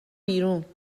بیرون